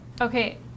Okay